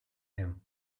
him